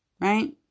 right